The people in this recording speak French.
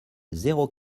zéro